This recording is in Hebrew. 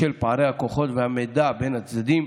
בשל פערי הכוחות והמידע בין הצדדים,